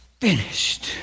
finished